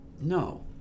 No